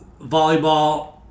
volleyball